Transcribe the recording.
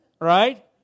right